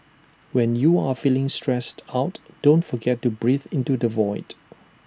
when you are feeling stressed out don't forget to breathe into the void